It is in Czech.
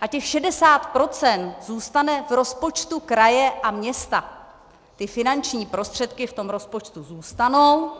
A těch 60 % zůstane v rozpočtu kraje a města, ty finanční prostředky v tom rozpočtu zůstanou